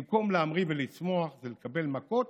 במקום להמריא ולצמוח, זה לקבל מכות